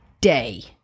day